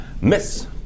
Miss